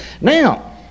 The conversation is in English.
Now